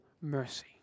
mercy